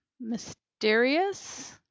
mysterious